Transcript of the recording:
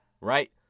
Right